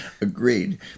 Agreed